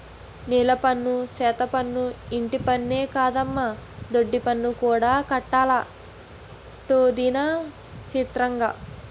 నీలపన్ను, సెత్తపన్ను, ఇంటిపన్నే కాదమ్మో దొడ్డిపన్ను కూడా కట్టాలటొదినా సిత్రంగా